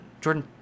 Jordan